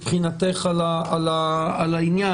מבחינתך על העניין.